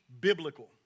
biblical